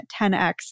10X